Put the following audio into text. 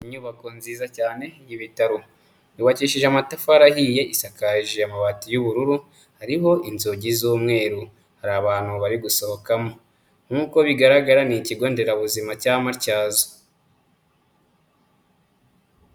Inyubako nziza cyane y'ibitaro, yubakishije amatafari ahiye isakaje amabati y'ubururu, hariho inzugi z'umweru, hari abantu bari gusohokamo. Nk'uko bigaragara ni Ikigo nderabuzima cya Matyazo.